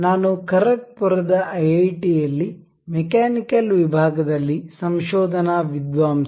ನಾನು ಖರಗ್ಪುರದ ಐಐಟಿಯಲ್ಲಿ ಮೆಕ್ಯಾನಿಕಲ್ ವಿಭಾಗದಲ್ಲಿ ಸಂಶೋಧನಾ ವಿದ್ವಾಂಸ